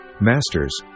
Masters